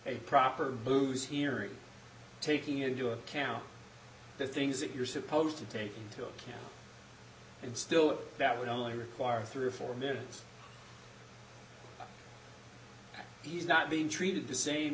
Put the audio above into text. a proper blues hearing taking into account the things that you're supposed to take into account in still that would only require three or four minutes he's not being treated the same